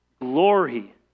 glory